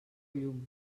llum